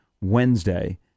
Wednesday